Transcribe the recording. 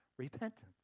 repentance